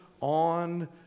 on